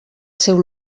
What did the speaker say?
seu